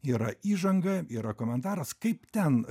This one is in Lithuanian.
yra įžanga yra komentaras kaip ten